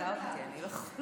מצחיקה אותי, אני לא יכולה.